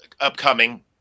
upcoming